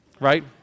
right